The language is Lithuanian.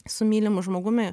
su mylimu žmogumi